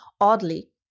oddly